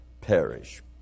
perish